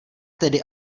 tedy